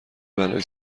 بلایی